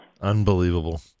Unbelievable